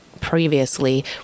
previously